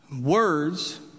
words